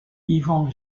ivan